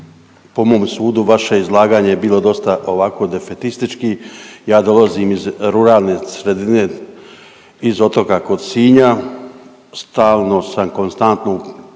po mom sudu vaše izlaganje je bilo dosta ovako defetistički. Ja dolazim iz ruralne sredine iz Otoka kod Sinja. Stalno sam konstantno